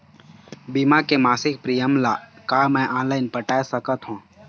बीमा के मासिक प्रीमियम ला का मैं ऑनलाइन पटाए सकत हो?